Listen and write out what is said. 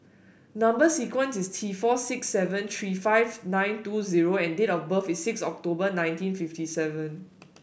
number sequence is T four six seven three five nine two zero and date of birth is six October nineteen fifty seven